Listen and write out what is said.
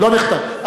לא שנחתם.